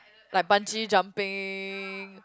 like bungee jumping